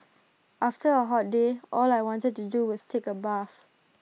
after A hot day all I wanted to do is take A bath